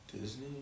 Disney